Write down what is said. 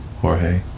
Jorge